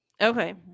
Okay